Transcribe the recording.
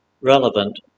relevant